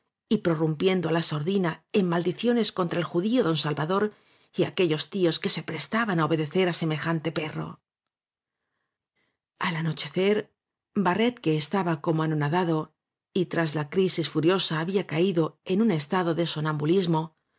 y prorrumpiendo á la sordina en maldiciones contra el judío don salvador y aquellos tíos que se prestaban á obedecer á semejante perro al anochecer barrety que estaba como anona dado y tras la crisis furio sa había caído en un estado de